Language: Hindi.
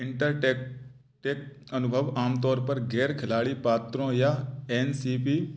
इंटरटेक टेक अनुभव आम तौर पर गैर खिलाड़ी पात्रों या एन सी बी